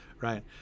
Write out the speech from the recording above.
right